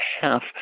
half